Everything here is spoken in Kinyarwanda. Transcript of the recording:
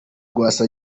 rwasa